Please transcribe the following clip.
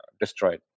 destroyed